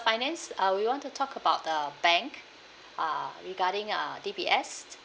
finance uh we want to talk about the bank uh regarding uh D_B_S